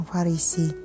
Farisi